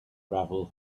gravel